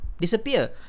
disappear